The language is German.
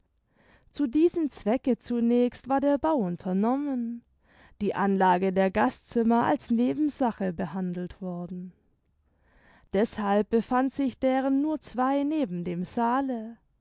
zu diesem zwecke zunächst war der bau unternommen die anlage der gastzimmer als nebensache behandelt worden deßhalb befanden sich deren nur zwei neben dem saale